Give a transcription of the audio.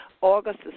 August